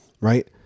right